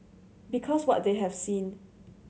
because what they have seen